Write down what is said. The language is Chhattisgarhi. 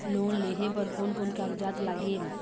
लोन लेहे बर कोन कोन कागजात लागेल?